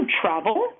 travel